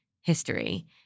history